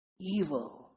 Evil